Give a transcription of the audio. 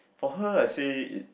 for her I say it's